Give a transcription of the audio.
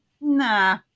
nah